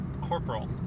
Corporal